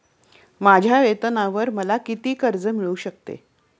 माझ्या वेतनावर मला किती कर्ज मिळू शकते?